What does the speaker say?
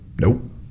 Nope